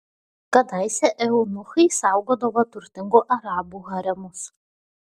kadaise eunuchai saugodavo turtingų arabų haremus